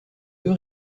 deux